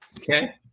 Okay